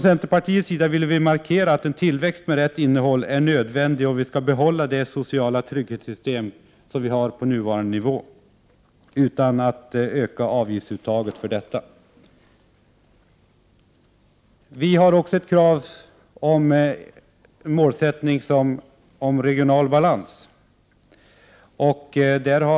Centerpartiet vill markera att en tillväxt med rätt innehåll är nödvändig om det sociala trygghetssystemet skall kunna bibehållas på nuvarande nivå utan att avgiftsuttaget för detta ökar. Centerpartiet har också såsom mål en regional balans.